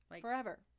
forever